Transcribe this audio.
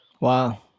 Wow